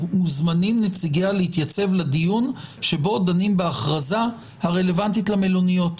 מוזמנים נציגיה להתייצב לדיון שבו דנים בהכרזה הרלוונטית למלוניות.